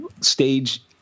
stage